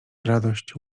radość